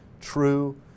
true